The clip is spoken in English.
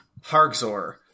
Hargzor